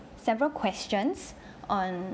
several questions on